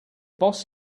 boss